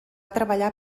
treballar